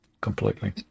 Completely